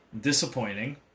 disappointing